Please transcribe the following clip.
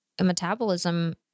metabolism